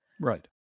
Right